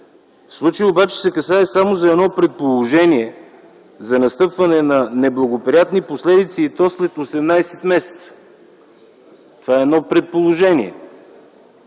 В случая обаче се касае само за едно предположение за настъпване на неблагоприятни последици, и то след 18 месеца. Това е едно предположение.